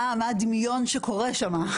מה הדמיון שקורה שם?